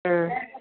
ହଁ